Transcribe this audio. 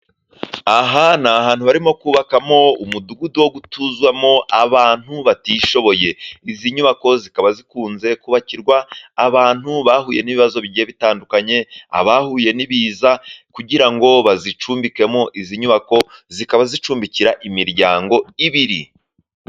Aha ni ahantu barimo kubakamo umudugudu wo gutuzwamo abantu batishoboye, izi nyubako zikaba zikunze kubakirwa abantu bahuye n'ibibazo bigiye bitandukanye, abahuye n'ibiza kugira ngo bazicumbikemo izi nyubako zikaba zicumbikira imiryango ibiri.